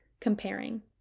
comparing